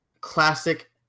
Classic